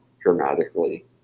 dramatically